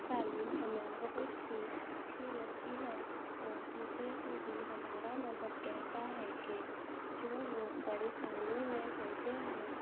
تعلیم ہمیں بہت ہی اچھی لگتی ہے اور دوسروں کو بھی ہمارا مذہب کہتا ہے کہ جو لوگ پریشانی میں ہوتے ہیں